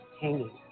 hanging